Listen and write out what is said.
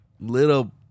little